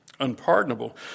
unpardonable